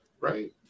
right